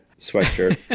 sweatshirt